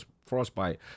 Frostbite